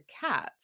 cats